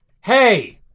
Hey